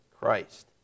Christ